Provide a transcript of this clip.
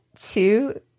two